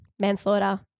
manslaughter